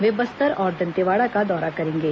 वे बस्तर और दंतेवाड़ा का दौरा करेंगे